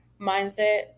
mindset